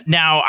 now